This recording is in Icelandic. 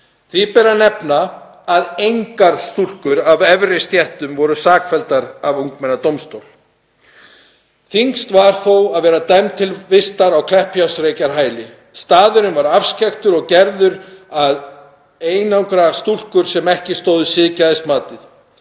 Því ber að nefna að engar stúlkur af efri stéttum voru sakfelldar af ungmennadómstól. Þyngst var þó að vera dæmd til vistar á Kleppjárnsreykjahæli. Staðurinn var afskekktur og gerður til að einangra stúlkur sem ekki stóðust siðgæðismatið.